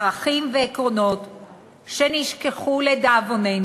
ערכים ועקרונות שנשכחו, לדאבוננו,